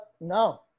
No